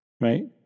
Right